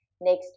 next